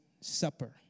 supper